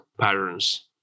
patterns